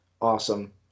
awesome